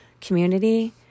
community